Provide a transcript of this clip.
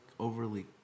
overly